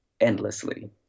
endlessly